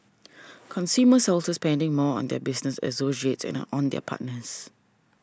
consumers are also spending more on their business associates and on their partners